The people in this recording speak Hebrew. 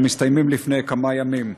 שהסתיימו לפני כמה ימים: